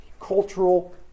cultural